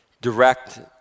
direct